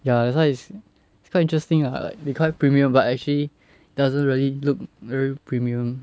ya that's why it's it's quite interesting lah like they quite premium but actually doesn't really look very premium